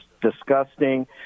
disgusting